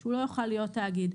הוא לא יוכל להיות תאגיד.